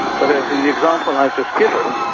but as in the example i've just given,